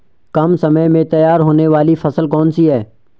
कम समय में तैयार होने वाली फसल कौन सी है?